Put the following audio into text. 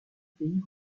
pays